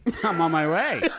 i'm on my way!